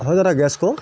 হয় দাদা